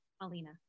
Alina